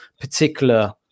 particular